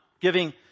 giving